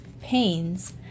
pains